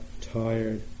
tired